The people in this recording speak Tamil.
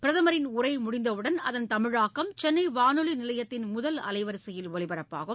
பிரதமரின் உரை முடிந்தவுடன் அதன் தமிழாக்கம் சென்னை வானொலி நிலையத்தின் முதல் அலைவரிசையில் ஒலிபரப்பாகும்